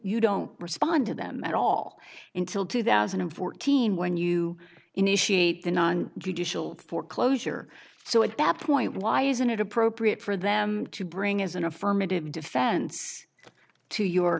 you don't respond to them at all until two thousand and fourteen when you initiate the non judicial foreclosure so at that point why isn't it appropriate for them to bring as an affirmative defense to your